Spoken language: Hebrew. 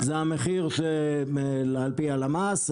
זה המחיר שעל פי הלמ"ס.